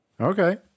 okay